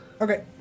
Okay